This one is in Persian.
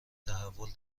تحول